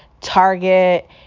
Target